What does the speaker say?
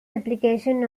application